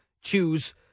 choose